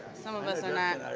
some of us are not.